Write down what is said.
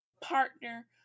partner